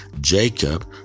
Jacob